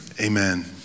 amen